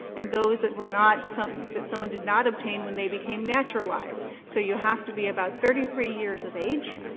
and those that were not that someone did not obtain when they became naturalized. so you have to be about thirty three years of age.